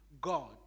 God